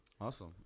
Awesome